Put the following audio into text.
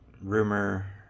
rumor